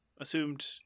Assumed